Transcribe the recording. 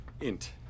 Int